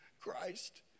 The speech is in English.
Christ